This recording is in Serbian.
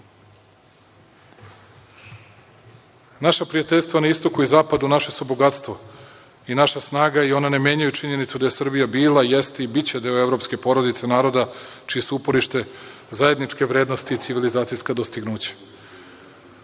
prijateljstva na Istoku i Zapadu su naše bogatstvo i naša snaga i ona ne menjaju činjenicu da je Srbija bila, jeste i biće deo evropske porodice naroda čije su uporište zajedničke vrednosti i civilizacijska dostignuća.